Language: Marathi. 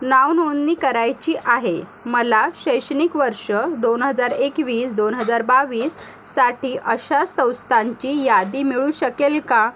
नावनोंदणी करायची आहे मला शैक्षणिक वर्ष दोन हजार एकवीस दोन हजार बावीसाठी अशा संस्थांची यादी मिळू शकेल का